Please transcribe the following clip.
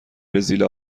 برزیل